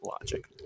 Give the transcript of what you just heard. logic